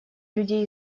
людей